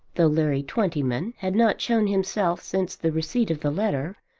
though larry twentyman had not shown himself since the receipt of the letter,